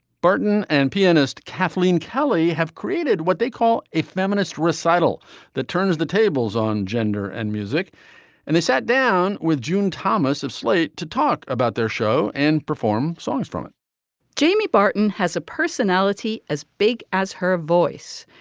burton and pianist kathleen kelly have created what they call a feminist recital that turns the tables on gender and music and they sat down with june thomas of slate to talk about their show and perform songs from it jamie barton has a personality as big as her voice.